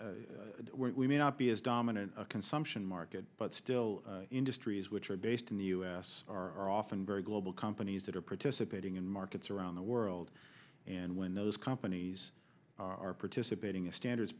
way we may not be as dominant a consumption market but still industries which are based in the u s are often very global companies that are participating in markets around the world and when those companies are participating in standards